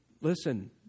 listen